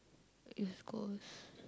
East-Coast